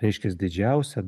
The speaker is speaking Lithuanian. reiškias didžiausią